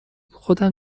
خودم